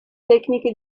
tecniche